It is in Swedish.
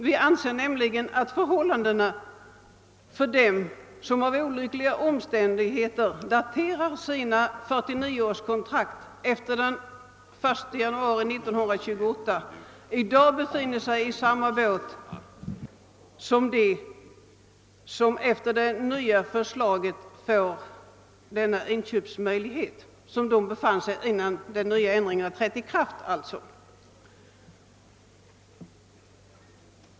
Vi anser nämligen att de, som genom olyckliga omständigheter daterat sina 49-årskontrakt efter den 1 januari 1928, socialt sett befinner sig i samma båt som de som nu enligt det nya förslaget får ifrågavarande inköpsmöjlighet som de hittills saknat.